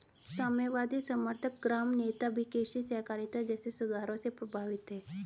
साम्यवादी समर्थक ग्राम नेता भी कृषि सहकारिता जैसे सुधारों से प्रभावित थे